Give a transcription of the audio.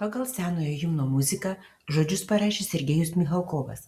pagal senojo himno muziką žodžius parašė sergejus michalkovas